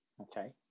okay